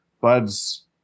buds